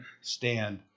stand